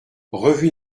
revue